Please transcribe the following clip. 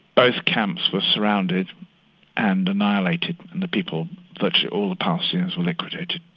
both camps were surrounded and annihilated, and the people virtually all the palestinians were liquidated,